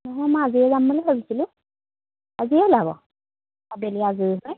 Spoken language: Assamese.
নহয় মই আজিয়ে যাম বুলি ভাবিছিলোঁ আজিয়ে ওলাব আবেলি আজৰি হৈ